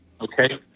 Okay